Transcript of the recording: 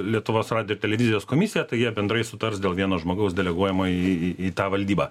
lietuvos radijo televizijos komisija tai jie bendrai sutars dėl vieno žmogaus deleguojamą į į į tą valdybą